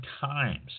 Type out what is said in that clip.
times